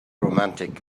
romantic